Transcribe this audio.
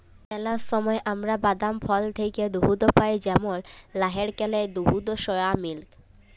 ম্যালা সময় আমরা বাদাম, ফল থ্যাইকে দুহুদ পাই যেমল লাইড়কেলের দুহুদ, সয়া মিল্ক